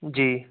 जी